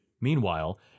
Meanwhile